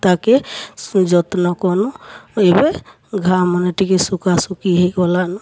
ତା'କେ ସୁଯତ୍ନ କଲୁଁ ଏବେ ଘା'ମାନେ ଟିକେ ଶୁଖାଶୁଖି ହେଇଗଲାନ